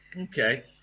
okay